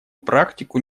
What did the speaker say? практику